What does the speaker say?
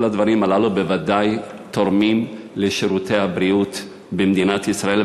כל הדברים הללו בוודאי תורמים לשירותי הבריאות במדינת ישראל,